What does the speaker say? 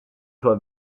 sua